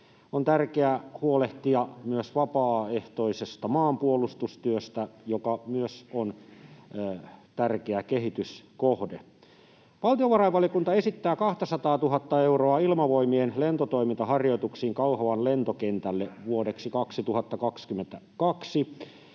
On tärkeää huolehtia myös vapaaehtoisesta maanpuolustustyöstä, joka myös on tärkeä kehityskohde. Valtiovarainvaliokunta esittää 200 000:ta euroa Ilmavoimien lentotoimintaharjoituksiin Kauhavan lentokentälle vuodeksi 2022,